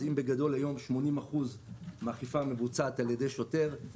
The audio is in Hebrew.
אם היום בגדול 80% מהאכיפה מבוצעת על ידי שוטר,